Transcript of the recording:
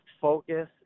focus